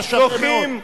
אתה שווה מאוד.